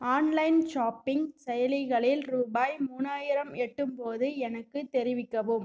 online shopping செயலிகளில் ரூபாய் மூணாயிரம் எட்டும் போது எனக்குத் தெரிவிக்கவும்